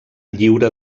lliure